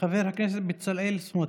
חבר הכנסת בצלאל סמוטריץ'.